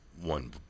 one